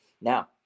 now